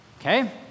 okay